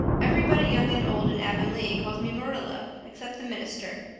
everybody, young and old, in avonlea calls me marilla except the minister.